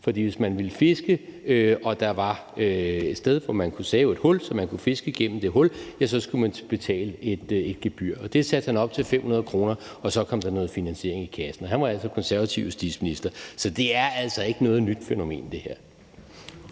For hvis man skulle fiske og der var et sted, hvor man kunne save et hul, så man kunne fiske igennem det hul, så skulle man betale et gebyr, og det satte han op til 500 kr., og så kom der noget finansiering i kassen. Og han var altså konservativ justitsminister. Så det her er altså ikke noget nyt fænomen. Kl.